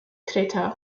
crater